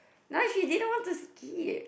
no she didn't want to skip